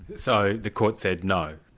so the court said no,